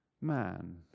man